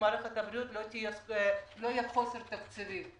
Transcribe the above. במערכת הבריאות לא יהיה חוסר בתקציבים.